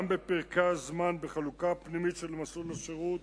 גם בפרקי הזמן בחלוקה הפנימית של מסלול השירות